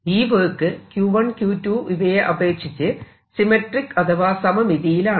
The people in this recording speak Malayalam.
ഈ വർക്ക് Q1 Q2 ഇവയെ അപേക്ഷിച്ച് സിമെട്രിക് അഥവാ സമമിതിയിലാണ്